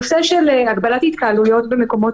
הנושא של הגבלת התקהלויות במקומות